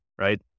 right